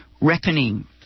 reckoning